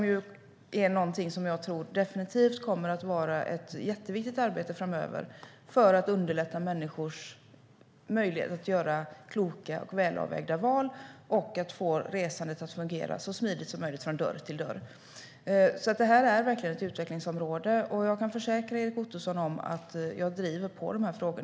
Det är någonting som jag tror definitivt kommer att vara ett jätteviktigt arbete framöver för att underlätta människors möjlighet att göra kloka och välavvägda val och att få resandet att fungera så smidigt som möjligt från dörr till dörr. Detta är verkligen ett utvecklingsområde, och jag kan försäkra Erik Ottoson om att jag driver på dessa frågor.